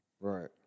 Right